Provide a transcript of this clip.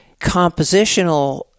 compositional